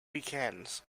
weekends